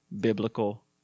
biblical